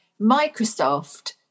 microsoft